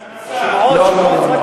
שמועות, שמועות.